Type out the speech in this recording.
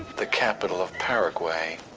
the capital of paraguay.